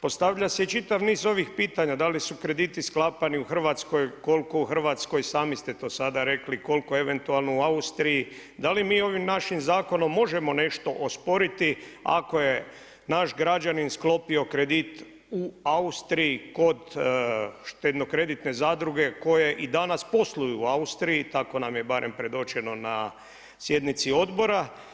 Postavlja se i čitav niz ovih pitanja da li su krediti sklapani u Hrvatskoj, koliko u Hrvatskoj, sami ste to sada rekli, koliko eventualno u Austriji, da li mi ovim našim zakonom možemo nešto osporiti ako je naš građanin sklopio kredit u Austriji kod štedno-kreditne zadruge koje i danas posluju u Austriji, tako nam je barem predočeno na sjednici Odbora.